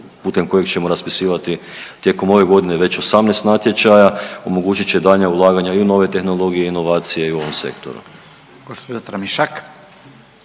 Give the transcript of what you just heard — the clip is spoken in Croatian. putem kojeg ćemo raspisivati tijekom ove godine već 18 natječaja, omogućit će daljnja ulaganja i u nove tehnologije i inovacije i u ovom sektoru.